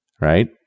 right